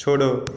छोड़ो